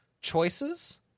choices